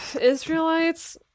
Israelites